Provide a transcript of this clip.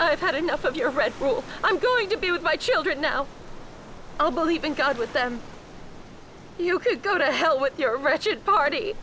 i've had enough of your red bull i'm going to be with my children now i'll believe in god with them you could go to hell with your wretched party